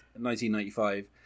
1995